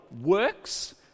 works